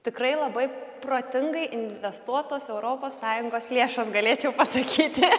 tikrai labai protingai investuotos europos sąjungos lėšos galėčiau pasakyti